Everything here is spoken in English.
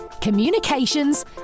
communications